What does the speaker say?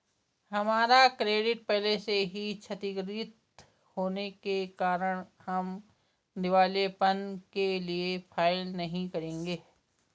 हमारा क्रेडिट पहले से ही क्षतिगृत होने के कारण हम दिवालियेपन के लिए फाइल नहीं करेंगे